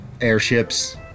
Airships